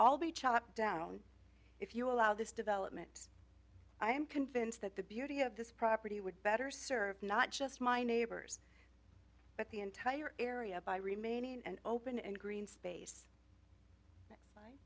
all be chopped down if you allow this development i am convinced that the beauty of this property would better serve not just my neighbors but the entire area by remaining an open and green space